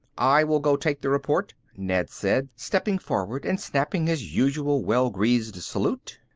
i will go take the report, ned said, stepping forward and snapping his usual well-greased salute.